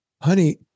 honey